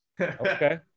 Okay